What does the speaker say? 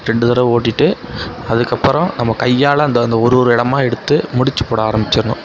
ரெண்டு தடவை ஓட்டிவிட்டு அதுக்கு அப்புறம் நம்ம கையால் அந்த அந்த ஒரு ஒரு இடமா எடுத்து முடிச்சு போட ஆரம்பிச்சிடணும்